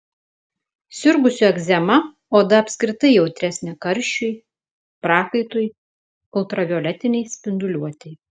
sirgusių egzema oda apskritai jautresnė karščiui prakaitui ultravioletinei spinduliuotei